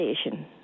station